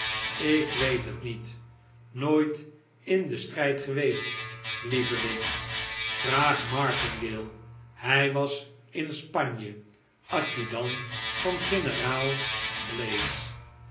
ik weet het niet nooit in den strijd geweest lieveling vraag martingale hij was in spanje adjudant van generaal blazes